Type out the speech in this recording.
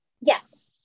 Yes